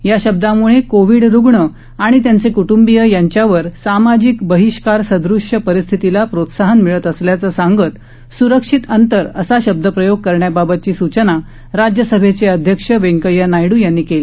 या शब्दामुळे कोविड रुग्ण आणि त्यांचे कुटुंबिय यांच्यावर सामाजिक बहिष्कारसदृश परिस्थितीला प्रोत्साहन मिळत असल्याचं सांगत सुरक्षित अंतर असा शब्दप्रयोग करण्याबाबतची सूचना राज्यसभेचे अध्यक्ष वेंकय्या नायडू यांनी केली